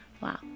Wow